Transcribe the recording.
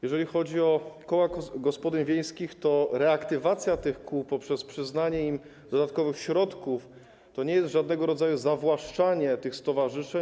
Jeżeli chodzi o koła gospodyń wiejskich, to reaktywacja tych kół przez przyznanie im dodatkowych środków nie jest żadnego rodzaju zawłaszczaniem tych stowarzyszeń.